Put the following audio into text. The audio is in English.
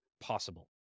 possible